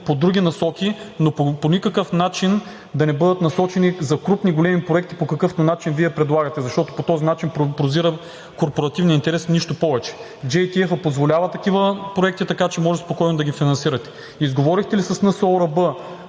по други насоки, но по никакъв начин да не бъдат насочени за крупни големи проекти, по какъвто начин Вие предлагате, защото по този начин прозира корпоративният интерес и нищо повече. GTF позволява такива проекти, така че може спокойно да ги финансирате. Изговорихте ли с НСОРБ